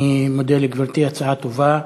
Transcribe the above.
אני מודה לגברתי, הצעה טובה.